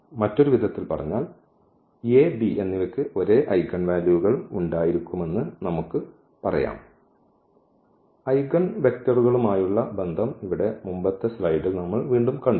മറ്റൊരു വിധത്തിൽ പറഞ്ഞാൽ ഈ A B എന്നിവയ്ക്ക് ഒരേ ഐഗൻ വാല്യൂകൾ ഉണ്ടായിരിക്കുമെന്ന് നമുക്ക് പറയാം ഐഗൻവെക്റ്ററുകളുമായുള്ള ബന്ധം ഇവിടെ മുമ്പത്തെ സ്ലൈഡിൽ നമ്മൾ വീണ്ടും കണ്ടു